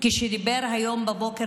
כשדיבר היום בבוקר,